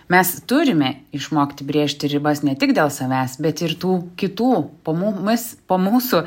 mes turime išmokti brėžti ribas ne tik dėl savęs bet ir tų kitų po mumis po mūsų